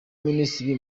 minisitiri